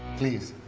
please.